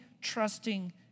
trusting